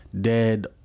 dead